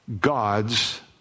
God's